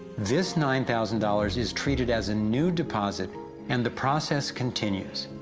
this nine thousand dollars is treated as a new deposit and the process continues.